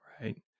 right